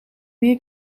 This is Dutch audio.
meer